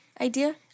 Idea